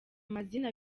amazina